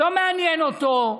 לא מעניין אותו.